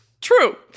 True